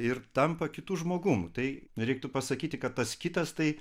ir tampa kitu žmogum tai reiktų pasakyti kad tas kitas tai